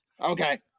Okay